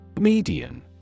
Median